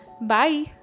Bye